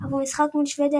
אך במשחק מול שוודיה